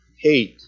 hate